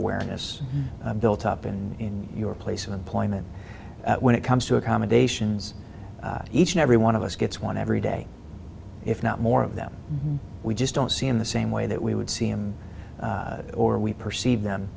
awareness built up in your place of employment when it comes to accommodations each and every one of us gets one every day if not more of them we just don't see in the same way that we would see him or we perceive them